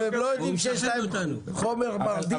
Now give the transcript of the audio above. אבל הם לא יודעים שיש להם חומר מרדים בקפה.